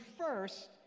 first